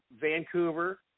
Vancouver